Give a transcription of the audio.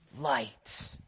light